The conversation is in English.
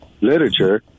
literature